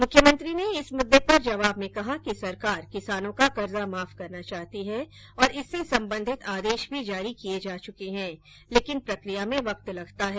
मुख्यमंत्री ने इस मुद्दे पर जवाब में कहा कि सरकार किसानों का कर्जा माफ करना चाहती है और इससे संबंधित आदेष भी जारी किये जा चुके हैं लेकिन प्रकिया में वक्त लगता है